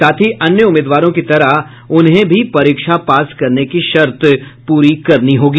साथ ही अन्य उम्मीदवारों की तरह उन्हें भी परीक्षा पास करने की शर्त पूरी करनी होगी